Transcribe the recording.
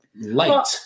light